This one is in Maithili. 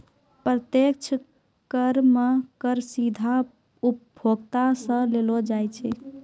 प्रत्यक्ष कर मे कर सीधा उपभोक्ता सं लेलो जाय छै